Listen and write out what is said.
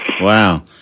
Wow